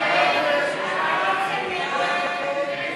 ההסתייגויות לסעיף 09,